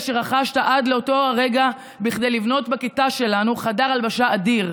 שרכשת עד לאותו הרגע כדי לבנות בכיתה שלנו חדר הלבשה אדיר,